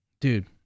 Dude